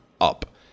Up